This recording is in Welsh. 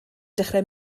dechrau